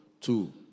Two